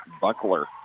Buckler